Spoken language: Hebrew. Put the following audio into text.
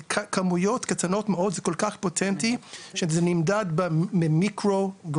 זה כמויות קטנות כל כך שזה נגרם במיקרוגרם,